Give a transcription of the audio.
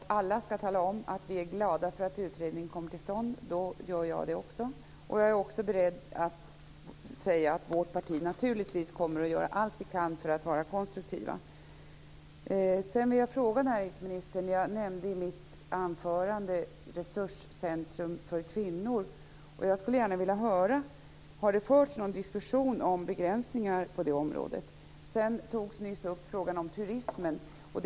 Herr talman! Det är tydligen så att alla skall tala om att de är glada för att utredningen kommer till stånd, och då gör också jag det. Jag är också beredd att säga att vi i vårt parti naturligtvis kommer att göra allt vi kan för att vara konstruktiva. I mitt anförande nämnde jag Resurscentrum för kvinnor. Jag vill gärna höra om det har förts någon diskussion om begränsningar på det området. Frågan om turismen togs nyss upp.